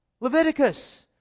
Leviticus